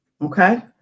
okay